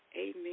Amen